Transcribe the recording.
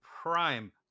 Prime